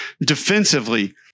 defensively